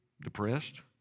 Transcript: depressed